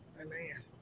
Amen